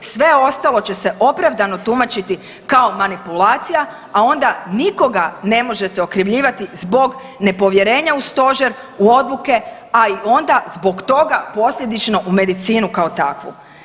Sve ostalo će se opravdano tumačiti kao manipulacija, a onda nikoga ne možete okrivljivati zbog nepovjerenja u Stožer, u odluke a i onda zbog toga posljedično u medicinu kao takvu.